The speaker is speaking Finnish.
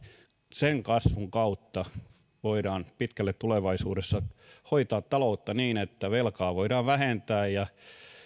sen kasvun kautta voidaan pitkälle tulevaisuudessa hoitaa taloutta niin että velkaa voidaan vähentää ja